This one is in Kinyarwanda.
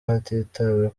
hatitawe